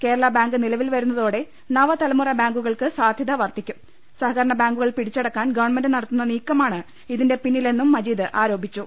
Kerala bank നിലവിൽ വരുന്നതോടെ നവതലമുറ ബാങ്കുകൾക്ക് ബാങ്കുകൾ പിടിച്ചടക്കാൻ ഗവൺമെന്റ് നടത്തുന്ന നീക്കമാണ് ഇതിന് പിന്നിലെന്നും മജീദ് ആരോപിച്ചു